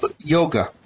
Yoga